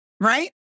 right